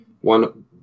one